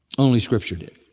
only scripture did.